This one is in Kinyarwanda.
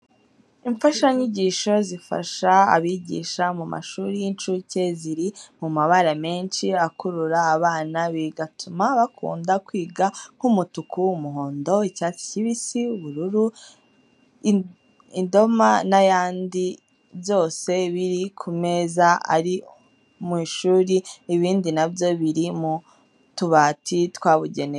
Imfashanyigisho zifasha abigisha mu mashuri y'incuke, ziri mu mabara menshi akurura abana bigatuma bakunda kwiga nk'umutuku, umuhondo, icyatsi kibisi, ubururu, idoma n'ayandi byose biri ku meze ari mu ishuri. Ibindi na byo biri mu tubati twabugenewe.